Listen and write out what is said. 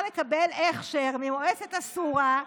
אפשר לקבל הכשר ממועצת השורא.